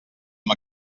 amb